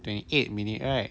twenty eight minute right